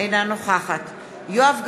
אינה נוכחת יואב גלנט,